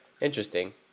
Interesting